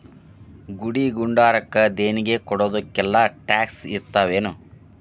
ಗುಡಿ ಗುಂಡಾರಕ್ಕ ದೇಣ್ಗಿ ಕೊಡೊದಕ್ಕೆಲ್ಲಾ ಟ್ಯಾಕ್ಸ್ ಇರ್ತಾವೆನು?